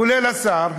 כולל השר,